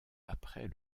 après